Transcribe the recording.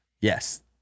Yes